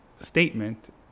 statement